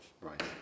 Right